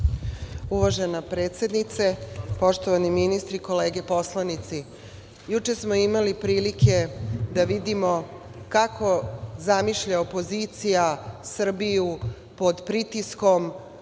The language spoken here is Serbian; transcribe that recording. Uvažena predsednice, poštovani ministri, kolege poslanici, juče smo imali prilike da vidimo kako zamišlja opozicija Srbiju pod pritiskom